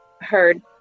heard